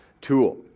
tool